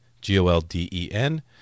G-O-L-D-E-N